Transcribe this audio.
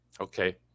Okay